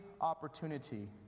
opportunity